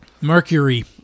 Mercury